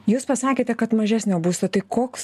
jūs pasakėte kad mažesnio būsto tai koks